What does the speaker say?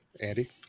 andy